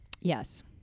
Yes